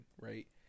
right